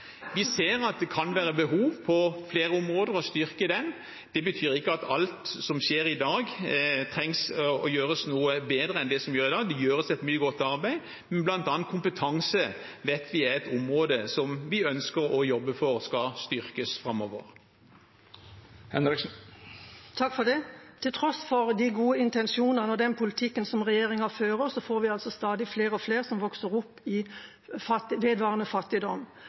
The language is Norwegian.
Vi ser at det på flere områder kan være behov for å styrke barnevernet. Det betyr ikke at alt som skjer i dag, trengs å gjøres bedre enn i dag. Det gjøres mye godt arbeid, men bl.a. kompetanse vet vi er et område som vi ønsker å jobbe for skal styrkes framover. Til tross for de gode intensjonene og den politikken som regjeringa fører, er det stadig flere som vokser opp i vedvarende fattigdom.